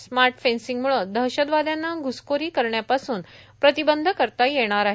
smart फेन्सिंगमुळे दहशतवाद्यांना घुसखोरी करण्यापासून प्रतिबंध करता येणार आहे